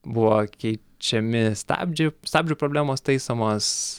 buvo keičiami stabdžiai stabdžių problemos taisomos